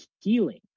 healing